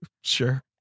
sure